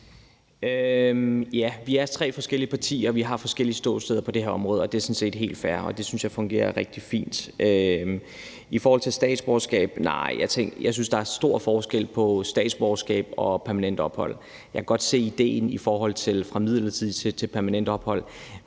vi er tre forskellige partier, og vi har forskellige ståsteder på det her områder. Det er sådan set helt fair, og det synes jeg fungerer rigtig fint. I forhold til statsborgerskab vil jeg sige, at jeg synes, at der er stor forskel på statsborgerskab og permanent ophold. Jeg kan godt se idéen i at ændre det fra midlertidigt til permanent ophold,